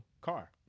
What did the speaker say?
car